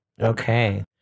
Okay